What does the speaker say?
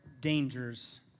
dangers